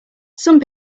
some